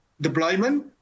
deployment